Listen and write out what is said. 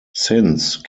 since